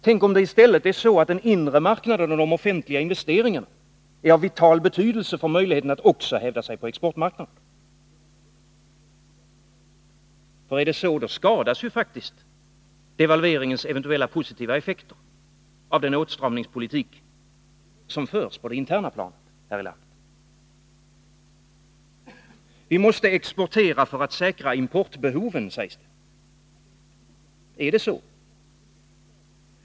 Tänk om det är så, att den inre marknaden och de offentliga investeringarna är av vital betydelse för möjligheten att också hävda sig på exportmarknaden! Är det så, skadas ju faktiskt devalveringens eventuella positiva effekter av den åtstramningspolitik som förs på det interna planet här i landet. Vi måste exportera för att säkra importbehoven, sägs det. Är det så?